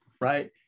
right